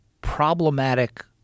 problematic